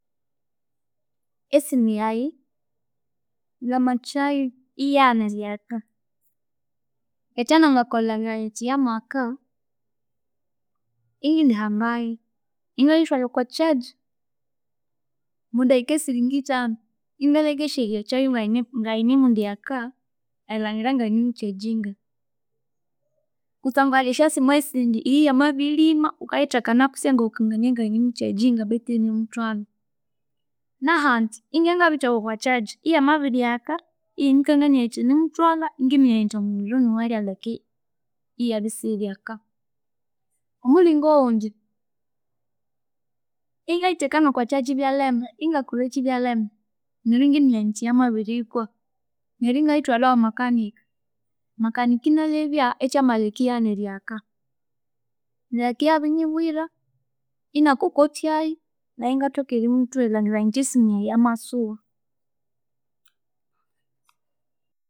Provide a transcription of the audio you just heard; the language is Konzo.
Esimu yayi namakyayu iyaghana eryaka ekyanangakolha ngaithi yamaka ingindihambayu ingayithwala okwa charge mudakika esiringithanu ingalengesya eryakyayu ngaine ngainemwindyaka erilangira ngayinemu charginga kusangwa hali esyasimu esindi iyo iyamabilima wukayitheka naku siyangakukangania ngayinemucharginga betu iyinemuthwalha. Nahandi ingiangabitheka okwa charge iyamabiryaka iyanyikangania yithi yinemuthwalha ingiminya indi omulhiro niwo alyaleka iyabya isiyiryaka. Omulingo owundi ingayitheka nokwa charge ibya lema ingakolekyi ibyalema neryu ingiminya nyithi yamabirikwa. Neryu ingayithwala ewa machanica. Machanica inalebya ekyamaleka iyaghana eryaka neryu akia abinyibwira inakokothyayu ingathoka erimuthuha erilhangira nyithi esimu yamasuba